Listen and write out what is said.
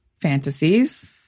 Fantasies